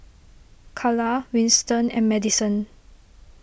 Kala Winston and Madison